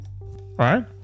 right